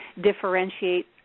differentiate